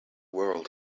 world